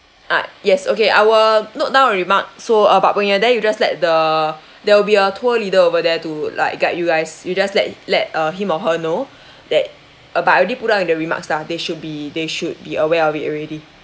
ah yes okay I will note down a remark so uh but when you are there you just let the there will be a tour leader over there to like guide you guys you just like let let uh him or her know that uh but I already put up in the remarks lah they should be they should be aware of it already